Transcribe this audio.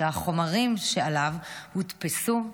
שהחומרים שעליו הודפסו,